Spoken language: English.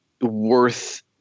Worth